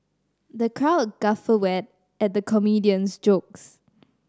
the crowd guffawed why at the comedian's jokes